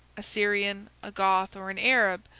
a syrian, a goth, or an arab,